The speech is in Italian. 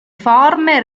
forme